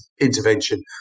intervention